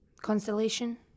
Constellation